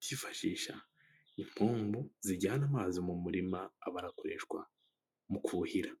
byifashisha impombo zijyana amazi mu murima aba arakoreshwa mu kuhira.